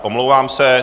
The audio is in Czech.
Omlouvám se.